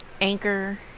Anchor